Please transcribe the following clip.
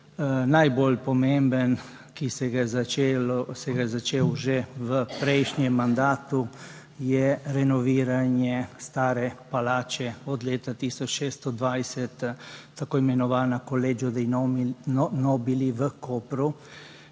Najbolj pomemben, ki se je začel že v prejšnjem mandatu, je renoviranje stare palače iz leta 1620, tako imenovana Collegio dei Nobili, v Kopru,